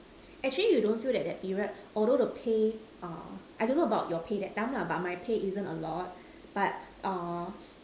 actually you don't feel that that period although the pay uh I don't know about your pay that time lah but my pay isn't a lot but uh